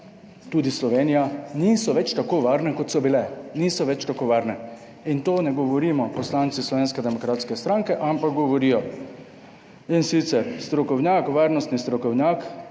tudi Slovenija niso več tako varne kot so bile. Niso več tako varne. In to ne govorimo poslanci Slovenske demokratske stranke, ampak govorijo, in sicer strokovnjak, varnostni strokovnjak